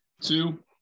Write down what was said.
Two